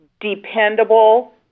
dependable